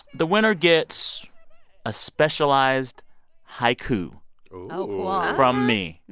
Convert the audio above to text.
the winner gets a specialized haiku from me. and